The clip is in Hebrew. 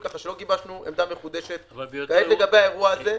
כך שלא גיבשנו עמדה מחודשת כעת לגבי האירוע הזה.